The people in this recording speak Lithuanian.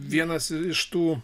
vienas iš tų